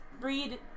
read